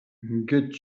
ингээд